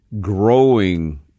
growing